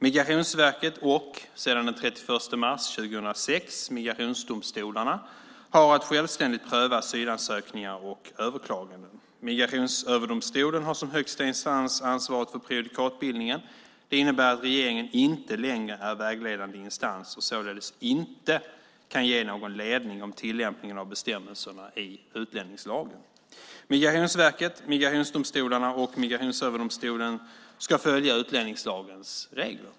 Migrationsverket och, sedan den 31 mars 2006, migrationsdomstolarna har att självständigt pröva asylansökningar och överklaganden. Migrationsöverdomstolen har som högsta instans ansvaret för prejudikatbildningen. Det innebär att regeringen inte längre är vägledande instans och således inte kan ge någon ledning om tillämpningen av bestämmelserna i utlänningslagen. Migrationsverket, migrationsdomstolarna och Migrationsöverdomstolen ska följa utlänningslagens regler.